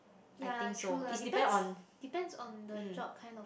ya true lah depends depends on the job kind of